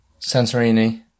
Santorini